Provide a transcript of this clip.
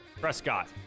Prescott